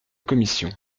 commission